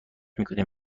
میکنیم